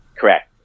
Correct